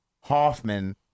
Hoffman